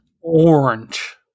orange